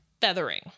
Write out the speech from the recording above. feathering